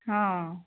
ହଁ